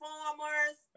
Farmers